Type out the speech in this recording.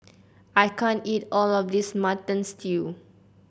I can't eat all of this Mutton Stew